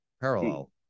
Parallel